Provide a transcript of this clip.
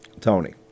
Tony